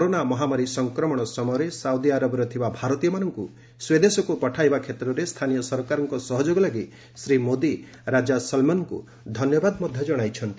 corona ମହାମାରୀ ସଂକ୍ରମଣ ସମୟରେ ସାଉଦି ଆରବରେ ଥିବା ଭାରତୀୟମାନଙ୍କୁ ସ୍ୱଦେଶକୁ ପଠାଇବା କ୍ଷେତ୍ରରେ ସ୍ଥାନୀୟ ସରକାରଙ୍କ ସହଯୋଗ ଲାଗି ଶ୍ରୀ ମୋଦି ରାଜା ସଲ୍ମନ୍ଙ୍କୁ ଧନ୍ୟବାଦ ଜଣାଇଛନ୍ତି